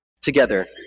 together